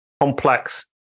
complex